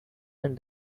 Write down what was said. and